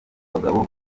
bagabo